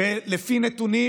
לפי נתונים.